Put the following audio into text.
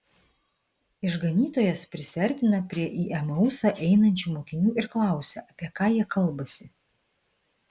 išganytojas prisiartina prie į emausą einančių mokinių ir klausia apie ką jie kalbasi